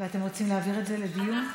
ואתם רוצים להעביר את זה לדיון?